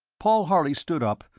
paul harley stood up,